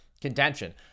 contention